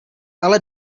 ale